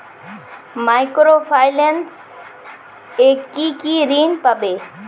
Micro finance এ কি কি ঋণ পাবো?